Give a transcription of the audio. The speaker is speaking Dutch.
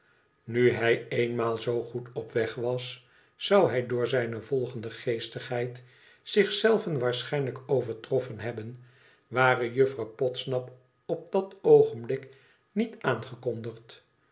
nu hij eenmaal zoo goed op weg was zou hij door zijne volgende geestigheid zich zelven waarschijnlijk overtroffen hebben ware juffrouw podsnap op dat oogenblik niet aangekondigd